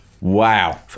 Wow